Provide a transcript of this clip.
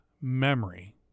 memory